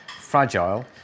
fragile